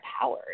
power